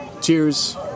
Cheers